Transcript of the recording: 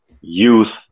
youth